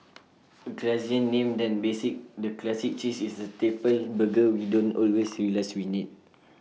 A classier name than basic the classic cheese is the staple burger we don't always realise we need